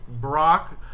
Brock